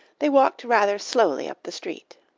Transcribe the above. they walked rather slowly up the street.